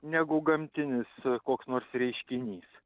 negu gamtinis koks nors reiškinys